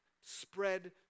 spread